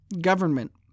government